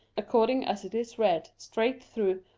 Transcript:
according as it is read, straight through,